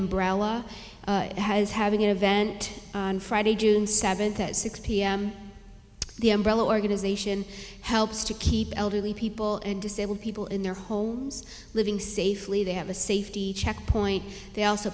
umbrella has having an event on friday june seventh at six p m the umbrella organization helps to keep elderly people and disabled people in their homes living safely they have a safety check point they also